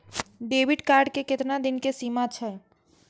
Debit card के केतना दिन के सीमा छै?